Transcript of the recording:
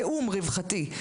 תיאום רווחתי,